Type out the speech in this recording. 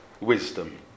wisdom